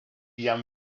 jam